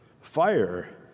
fire